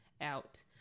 out